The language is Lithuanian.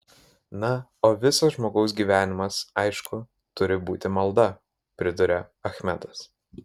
na o visas žmogaus gyvenimas aišku turi būti malda priduria achmedas